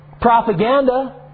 propaganda